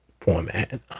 format